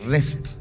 Rest